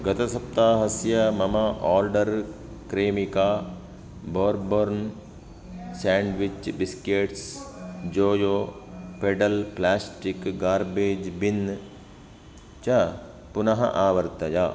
गतसप्ताहस्य मम आर्डर् क्रेमिका बर्बोर्न् सेण्ड्विच् बिस्केट्स् जोयो पेडल् प्लास्टिक् गार्बेज् बिन् च पुनः आवर्तय